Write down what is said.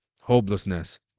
hopelessness